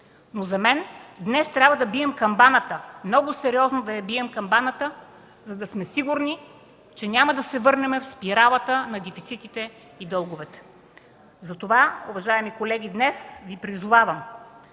За мен днес трябва да бием камбаната, много сериозно да бием камбаната, за да сме сигурни, че няма да се върнем в спиралата на дефицитите и дълговете. Затова, уважаеми колеги, днес Ви призовавам